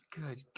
Good